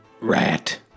rat